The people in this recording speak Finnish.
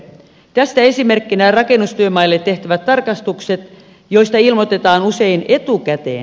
tästä esimerkkinä ovat rakennustyömaille tehtävät tarkastukset joista ilmoitetaan usein etukäteen